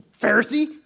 Pharisee